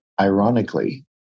Ironically